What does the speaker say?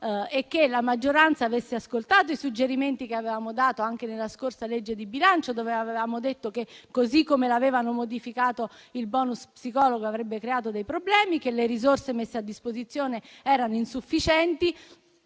e che la maggioranza avesse ascoltato i suggerimenti che avevamo dato anche nella scorsa legge di bilancio, quando avevamo evidenziato che, così come l'avevano modificato, il *bonus* psicologo avrebbe creato dei problemi; che le risorse messe a disposizione erano insufficienti;